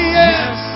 yes